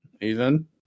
Ethan